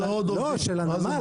הצרכים --- מה זה, מה זה?